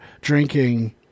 drinking